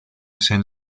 saint